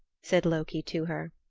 said loki to her.